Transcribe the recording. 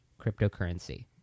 cryptocurrency